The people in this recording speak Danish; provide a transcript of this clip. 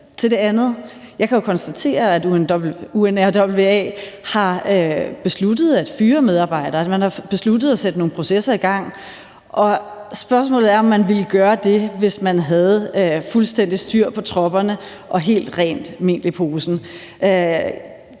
jeg kan konstatere, at UNRWA har besluttet at fyre medarbejdere. Man har besluttet at sætte nogle processer i gang. Spørgsmålet er, om man ville gøre det, hvis man havde fuldstændig styr på tropperne og helt rent mel i posen.